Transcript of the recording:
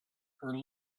her